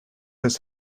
his